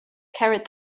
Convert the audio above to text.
carried